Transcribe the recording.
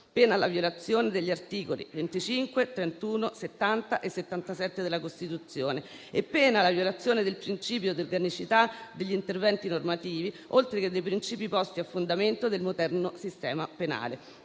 pena la violazione degli articoli 25, 31, 70 e 77 della Costituzione e pena la violazione del principio di organicità degli interventi normativi, oltre che dei princìpi posti a fondamento del moderno sistema penale.